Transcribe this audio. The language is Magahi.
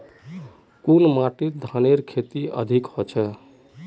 कुन माटित धानेर खेती अधिक होचे?